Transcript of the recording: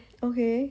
okay